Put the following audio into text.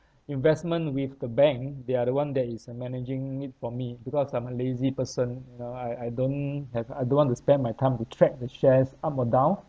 investment with the bank they are the one that is uh managing it for me because I'm a lazy person you know I I don't have I don't want to spend my time to track the shares up or down